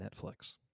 Netflix